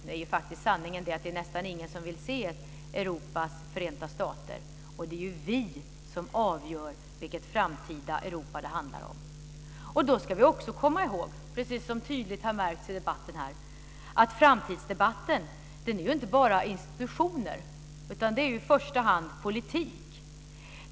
Nu är faktiskt sanningen den att nästan ingen vill se ett Europas förenta stater, och det är ju vi som avgör vilket framtida Europa det handlar om. Då ska vi också komma ihåg, precis som tydligt har märkts i debatten här, att framtidsdebatten inte bara handlar om institutioner, utan det är i första hand politik.